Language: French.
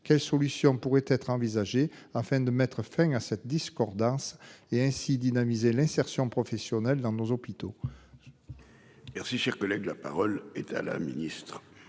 quelles solutions pourraient être envisagées. Afin de mettre fin à cette discordance et ainsi dynamiser l'insertion professionnelle dans nos hôpitaux. Merci, cher collègue, la parole est à la ministre.